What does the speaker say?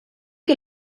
que